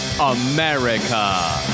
America